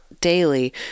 daily